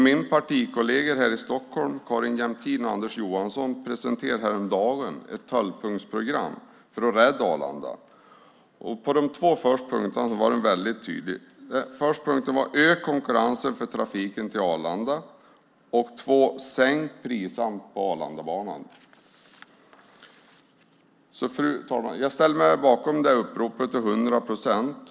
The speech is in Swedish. Mina partikolleger här i Stockholm, Carin Jämtin och Anders Johansson, presenterade häromdagen ett tolvpunktsprogram för att rädda Arlanda. På de två första punkterna var de väldigt tydliga. Den första punkten var att öka konkurrensen för trafiken till Arlanda. Den andra var att sänka priserna på Arlandabanan. Fru talman! Jag ställer mig bakom detta upprop till hundra procent.